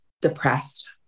depressed